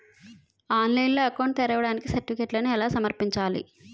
ఆన్లైన్లో అకౌంట్ ని తెరవడానికి సర్టిఫికెట్లను ఎలా సమర్పించాలి?